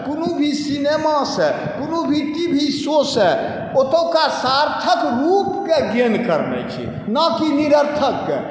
कोनो भी सिनेमासँ कोनो भी टी वी शोसँ ओतौका सार्थक रूपके गेन करनाइ छै नहि कि निरर्थकके